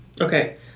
Okay